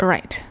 Right